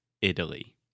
Italy